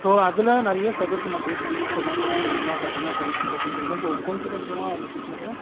so அதில் நிறைய ஸ்டக்கிள்ஸை நான் ஃபேஸ் பண்ணி இப்போதான் கொஞ்சம் கொஞ்சமாக பார்த்தீங்கன்னா கிளைன்ஸ் கூட பேசி இருக்கேன் ஸோ கொஞ்ச கொஞ்சமாக இந்த பிஸ்னஸ்சை